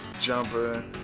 jumper